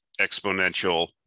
exponential